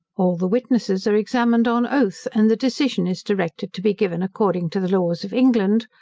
all the witnesses are examined on oath, and the decision is directed to be given according to the laws of england,